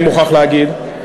אני מוכרח להגיד,